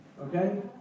okay